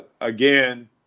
again